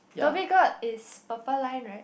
Dhoby-Ghaut is purple line right